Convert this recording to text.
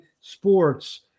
Sports